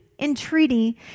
entreaty